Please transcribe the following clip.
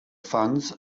funds